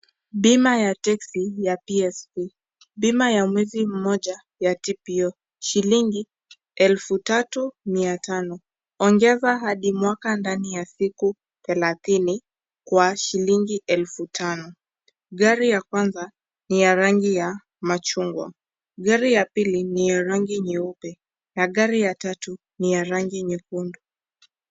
Bima ya texi ya PSV, bima ya mwezi mmoja ya TPO shilingi elfu tatu mia tano, ongeza hadi mwaka ndani ya siku thelathini kwa shilingi elfu tano, gari ya kwanza ni ya rangi ya machungwa, gari ya pili ni ya rangi nyeupe, na gari ya tatu ni ya gari nyekundu.